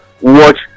watch